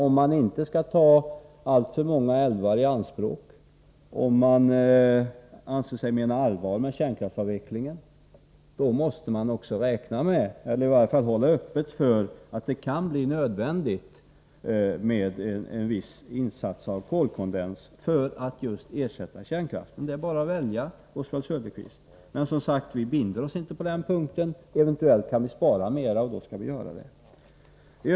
Om man inte skall ta alltför många älvar i anspråk, om man anser sig mena allvar med kärnkraftsavvecklingen, måste man emellertid också räkna med — eller i varje fall hålla öppet för — att det kan bli nödvändigt med en viss insats av kolkondenskraft, just för att ersätta kärnkraften. Det är bara att välja, Oswald Söderqvist. Vi binder oss, som sagt var, inte på den punkten. Vi kan eventuellt spara mera, och då skall vi göra det.